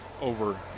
over